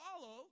follow